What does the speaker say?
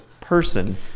person